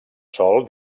sòl